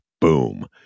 boom